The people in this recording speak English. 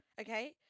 okay